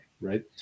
right